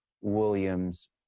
William's